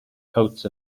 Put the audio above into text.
coats